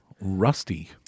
Rusty